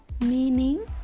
meaning